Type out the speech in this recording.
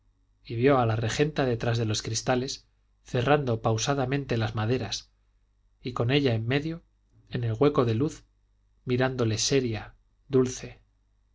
y vio a la regenta detrás de los cristales cerrando pausadamente las maderas y ella en medio en el hueco de luz mirándole seria dulce